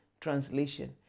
Translation